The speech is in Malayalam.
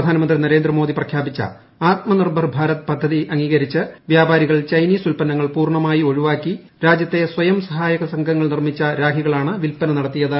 പ്ര്ധാനമന്ത്രി നരേന്ദ്രമോദി പ്രഖ്യാപിച്ചു ആത്മനിർഭർ ഭാരത് പദ്ധതി അംഗീകരിച്ച് വ്യാപാരികൾ ചൈനീസ് ഉൽപ്പന്നങ്ങൾ പൂർണമായി ഒഴിവാക്കി രാജ്യത്തെ സ്വയം സഹായക സംഘങ്ങൾ നിർമ്മിച്ച രാഖികളാണ് വിൽപന നടത്തിയത്